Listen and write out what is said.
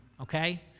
okay